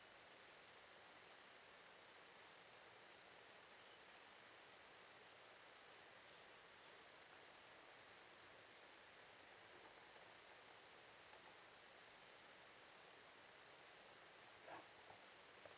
uh